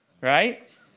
right